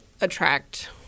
attract